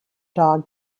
dog